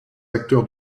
acteurs